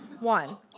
one.